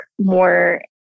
more